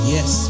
Yes